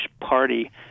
Party